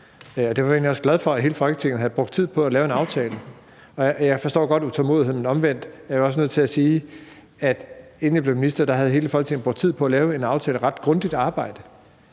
jeg egentlig også glad for, at hele Folketinget havde brugt tid på at lave en aftale. Jeg forstår godt utålmodigheden, men omvendt er jeg også nødt til at sige, at inden jeg blev minister, havde hele Folketinget brugt tid på at lave en aftale efter et ret grundigt arbejde.